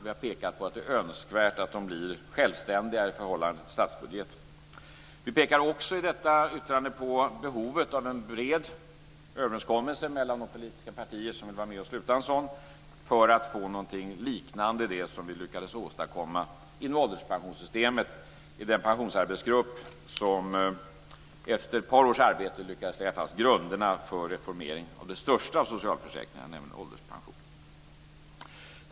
Vi har pekat på att det är önskvärt att de blir självständigare i förhållande till statsbudgeten. Vi pekar också på behovet av en bred överenskommelse mellan de politiska partier som vill vara med och sluta en sådan för att få någonting liknande det som vi lyckades åstadkomma inom ålderspensionssystemet i den pensionsarbetsgrupp som efter ett par års arbete lyckades lägga fast grunderna för reformering av de största av socialförsäkringarna, nämligen ålderspensionen.